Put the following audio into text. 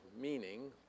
meaning